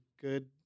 good